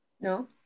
No